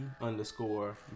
underscore